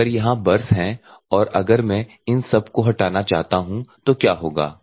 तो अगर यहाँ बर्स हैं और अगर मैं इन सब को हटाना चाहता हूं तो क्या होगा